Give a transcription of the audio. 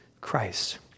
Christ